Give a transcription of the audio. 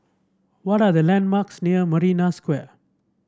what are the landmarks near Marina Square